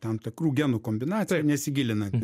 tam tikrų genų kombinacija nesigilinant